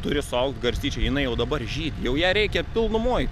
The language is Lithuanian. turi suaugt garstyčią jinai jau dabar žydi jau ją reikia pilnumoj